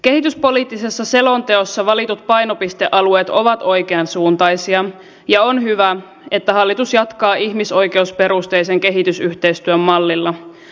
kehityspoliittisessa selonteossa valitut painopistealueet ovat oikeansuuntaisia ja on hyvä että hallitus jatkaa ihmisoikeusperusteisen kehitysyhteistyön mallilla